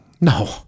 No